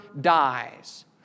dies